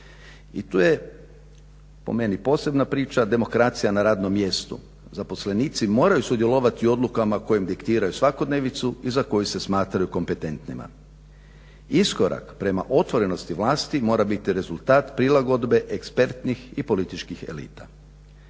i tu je po meni posebna priča demokracija na radnom mjestu. Zaposlenici moraju sudjelovati u odlukama kojim diktiraju svakodnevicu i za koju se smatraju kompetentnima. Iskorak prema otvorenosti vlastitim mora biti rezultata prilagodbe ekspertnih i političkih elita.